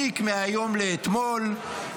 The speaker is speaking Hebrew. תיק מהיום לאתמול,